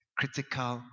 critical